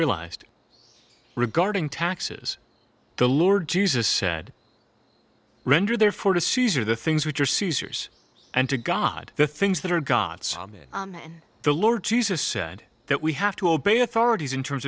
realized regarding taxes the lord jesus said render therefore to caesar the things which are caesar's and to god the things that are gods in the lord jesus said that we have to obey authorities in terms